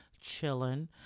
chilling